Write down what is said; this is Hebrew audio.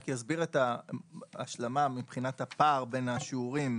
אסביר את ההשלמה מבחינת הפער בין השיעורים,